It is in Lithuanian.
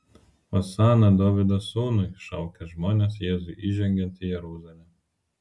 osana dovydo sūnui šaukė žmonės jėzui įžengiant į jeruzalę